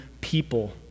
people